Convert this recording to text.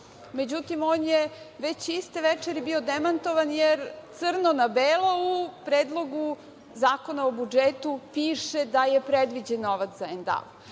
pružila.Međutim, on je već iste večeri bio demantovan jer crno na belo u Predlogu zakona o budžetu piše da je predviđen novac za